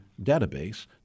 database